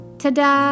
ta-da